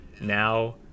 now